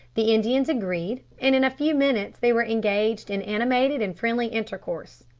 the indians agreed, and in a few minutes they were engaged in animated and friendly intercourse.